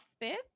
fifth